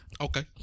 Okay